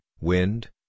wind